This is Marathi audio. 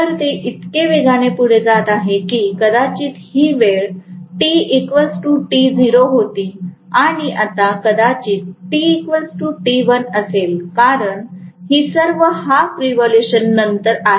तर ते इतके वेगाने पुढे जात आहे की कदाचित ही वेळ tt0 होती आणि आता कदाचित tt1 असेल कारण ही सर्व हाफ रेव्होल्यूशन नंतर आहे